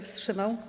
wstrzymał?